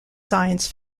science